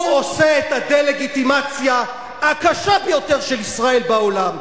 הוא עושה את הדה-לגיטימציה הקשה ביותר של ישראל בעולם.